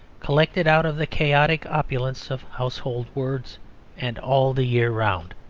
collected out of the chaotic opulence of household words and all the year round.